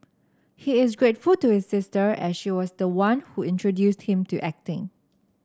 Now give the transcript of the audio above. he is grateful to his sister as she was the one who introduced him to acting